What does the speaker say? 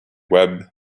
webb